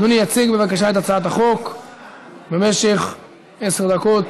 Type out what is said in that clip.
אדוני יציג בבקשה את הצעת החוק במשך עשר דקות,